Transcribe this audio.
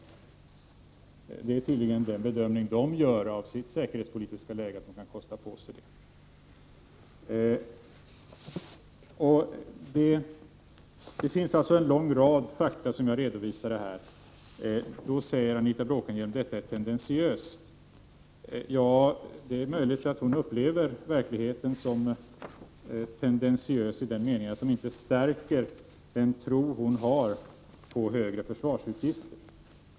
Höyreregeringen gör tydligen den bedömningen av sitt lands säkerhetspolitiska läge, att man kan kosta på sig en sänkning. Det finns alltså en lång rad fakta som jag redovisade. Då säger Anita Bråkenhielm att detta är tendentiöst. Ja, det är möjligt att hon upplever verkligheten som tendentiös i den meningen att den inte stärker den tro hon har på högre försvarsutgifter.